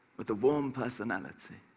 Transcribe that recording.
with a warm personality,